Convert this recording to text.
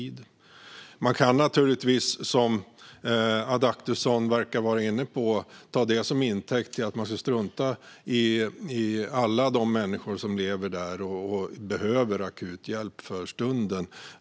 Att allting inte verkar fungera som det borde göra kan man naturligtvis, som Adaktusson verkar vara inne på, ta till intäkt för att strunta i alla de människor som lever där och behöver akut hjälp för stunden.